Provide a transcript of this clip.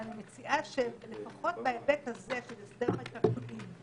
ואני מציעה שלפחות בהיבט הזה של הסדר מקרקעין,